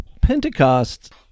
Pentecost